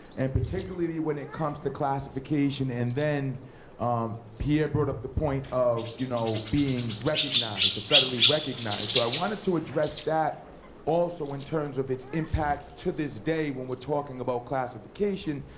and particularly when it comes to classification, and then um pierre brought up the point of you know being recognized, federally recognized. so i wanted to address that also in terms of its impact to this day when we're talking about classification.